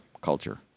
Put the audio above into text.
culture